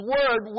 Word